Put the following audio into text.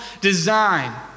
design